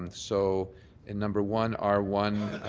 um so in number one, r one,